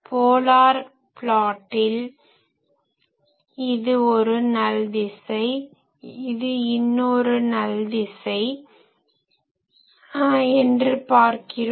polar ப்லாட்டில் இது ஒரு நல் திசை இது இன்னொரு நல் திசை என்று பார்க்கிறோம்